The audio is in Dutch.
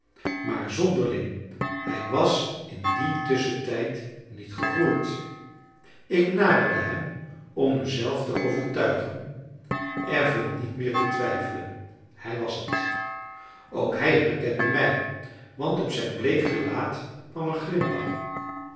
maar zonderling hij was in dien tusschentijd niet gegroeid ik naderde hem om mezelf te overtuigen er viel niet meer te twijfelen hij was het ook hij herkende mij want op zijn bleek gelaat kwam een glimlach